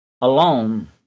alone